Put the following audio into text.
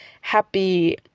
happy